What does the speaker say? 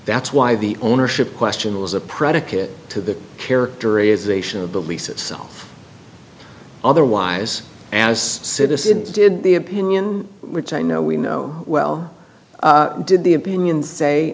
that's why the ownership question was a predicate to the characterization of the lease itself otherwise as citizens did the opinion which i know we know well did the opinion say